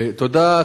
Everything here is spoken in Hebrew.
תודה.